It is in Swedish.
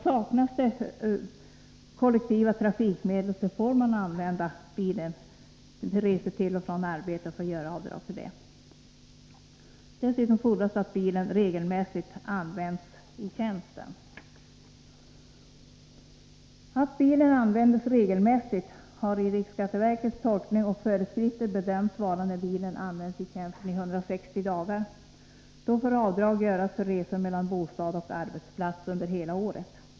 Saknas kollektiva trafikmedel får man alltså göra avdrag för användande av bil för resor till och från arbetet, eller om bilen regelmässigt används i tjänsten. Att bilen används regelmässigt har i riksskatteverkets tolkning och föreskrifter bedömts vara när bilen använts i tjänsten i 160 dagar. Då får avdrag göras för resor mellan bostad och arbetsplats under hela året.